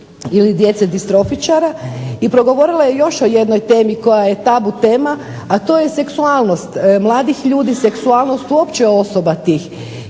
ili djece distrofičara. I progovorila je još o jednoj temi koja je tabu tema, a to je seksualnost mladih ljudi, seksualnost uopće osoba tih.